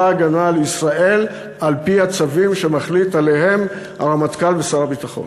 ההגנה לישראל על-פי הצווים שמחליטים עליהם הרמטכ"ל ושר הביטחון.